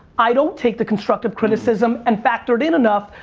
i don't take the constructive criticism, and factor it in enough.